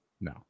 No